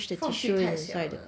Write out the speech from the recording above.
空间太小了